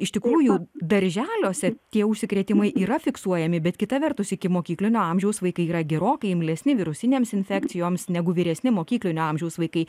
iš tikrųjų darželiuose tie užsikrėtimai yra fiksuojami bet kita vertus ikimokyklinio amžiaus vaikai yra gerokai imlesni virusinėms infekcijoms negu vyresni mokyklinio amžiaus vaikai